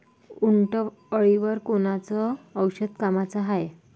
उंटअळीवर कोनचं औषध कामाचं हाये?